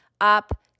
Up